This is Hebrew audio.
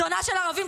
זונה של ערבים,